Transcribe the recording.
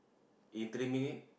in three minute